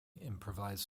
improvised